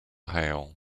hail